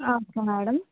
ఆ okay madam